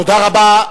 תודה רבה.